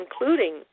including